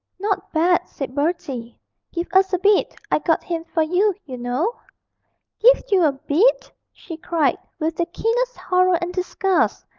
not bad said bertie give us a bit i got him for you, you know give you a bit! she cried, with the keenest horror and disgust.